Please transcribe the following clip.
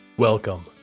Welcome